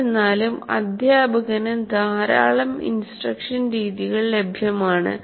എന്നിരുന്നാലും അധ്യാപകന് ധാരാളം ഇൻസ്ട്രക്ഷൻ രീതികൾ ലഭ്യമാണ്